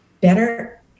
better